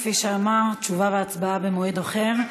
כפי שאמר, תשובה והצבעה במועד אחר.